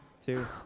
two